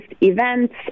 events